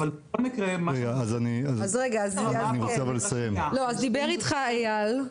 רגע אז מדבר איתך אייל ליברמן,